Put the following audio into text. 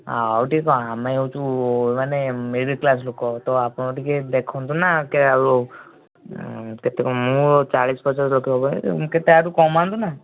ଆଉ ଟିକେ କ ଆମେ ହେଉଛୁ ମାନେ ମିଡିଲ୍ କ୍ଳାସ ଲୋକ ତ ଆପଣ ଟିକେ ଦେଖନ୍ତୁ ନା କେତେ କ'ଣ ମୁଁ ଚାଳିଶ ପଚାଶ ଲକ୍ଷ ହେବନି କେତେ ଆ ଠୁ କମାନ୍ତୁ ନା